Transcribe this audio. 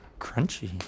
Crunchy